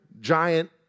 giant